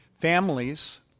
families